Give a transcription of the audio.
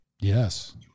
Yes